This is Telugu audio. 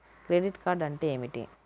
క్రెడిట్ కార్డ్ అంటే ఏమిటి?